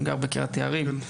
אני גר בקריית יערים,